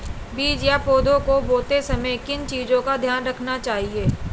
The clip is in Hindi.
बीज या पौधे को बोते समय किन चीज़ों का ध्यान रखना चाहिए?